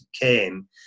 came